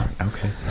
Okay